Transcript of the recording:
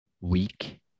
week